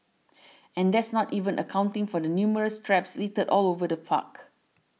and that's not even accounting for the numerous traps littered all over the park